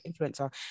influencer